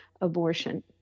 abortion